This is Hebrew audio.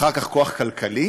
אחר כך כוח כלכלי.